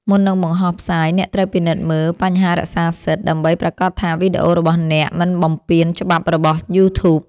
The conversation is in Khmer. មុននឹងបង្ហោះផ្សាយ អ្នកត្រូវពិនិត្យមើលបញ្ហារក្សាសិទ្ធិ ដើម្បីប្រាកដថាវីដេអូរបស់អ្នកមិនបំពានច្បាប់របស់ យូធូប។